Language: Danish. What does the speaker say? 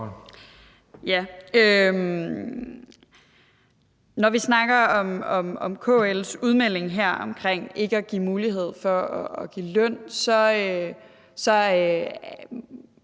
Når vi snakker om KL's udmelding her om ikke at give mulighed for at give løn, må jeg